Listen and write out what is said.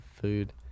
food